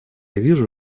вижу